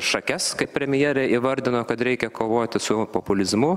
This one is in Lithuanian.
šakes kad premjerė įvardino kad reikia kovoti su populizmu